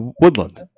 woodland